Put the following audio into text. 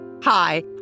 Hi